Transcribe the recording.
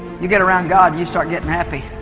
you get around god you start getting happy